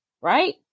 right